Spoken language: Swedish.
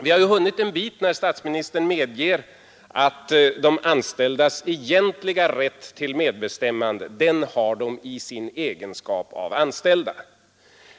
Vi har hunnit en bit på väg när statsministern medger att de anställda har sin egentliga rätt till medbestämmande i sin egenskap av anställda.